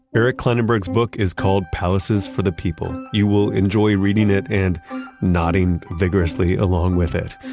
eric klinenberg's book is called palaces for the people. you will enjoy reading it and nodding vigorously along with it.